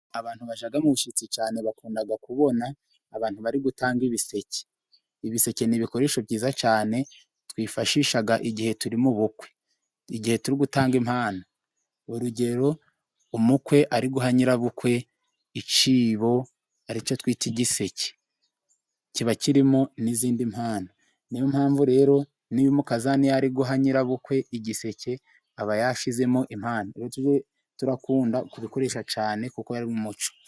Abantu bajya mu bashyitsi cyane, bakunda kubona abantu bari gutanga ibiseke. Ibiseke ni ibikoresho byiza cyane twifashisha igihe turi mu bukwe, igihe turi gutanga impano. urugero; Umukwe ari guha nyirabukwe icyibo aricyo twita gisheke, kiba kirimo n'izindi mpano. Niyo mpamvu rero niyo umukazana ari guha nyirabukwe igiseke, aba yashyizemo impano. Tujye dukunda kubikoresha cyane kuko yari mu umuco.